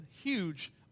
huge